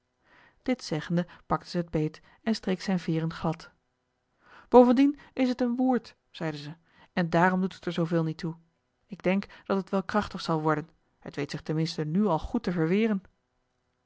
dit zeggende pakte zij het beet en streek zijn veeren glad bovendien is het een woerd zeide zij en daarom doet het er zoo veel niet toe ik denk dat het wel krachtig zal worden het weet zich ten minste nu al goed te verweren